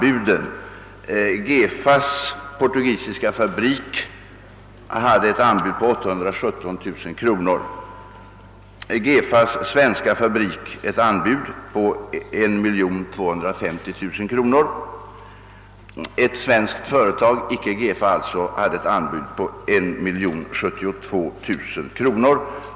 GEFA AB:s portugisiska fabrik hade lämnat in ett anbud på 817 000 kronor, GEFA AB:s svenska fabrik ett anbud på 1250 000 kronor och ett annat svenskt företag ett anbud på 1 072 000 kronor.